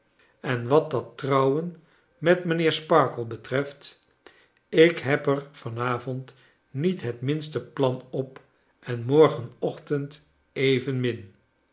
en wat dat trouwen met mijnheer sparkler betreft ik heb er van avond niet het minste plan op en morgen ochtend evenmin